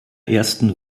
ersten